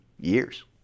years